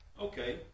okay